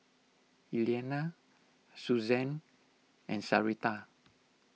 Elianna Suzanne and Sarita